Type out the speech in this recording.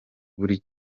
buri